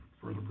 further